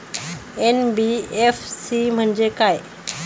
NBFC म्हणजे काय?